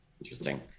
Interesting